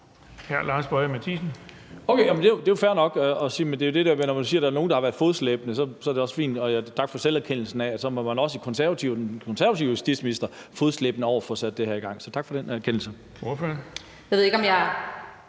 det er det der med, at man siger, at der er nogen, der har været fodslæbende. Men tak for erkendelsen af, at så var man i Konservative ved den konservative justitsminister fodslæbende over for at få sat det her i gang. Så tak for den erkendelse.